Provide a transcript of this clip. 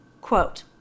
quote